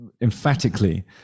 emphatically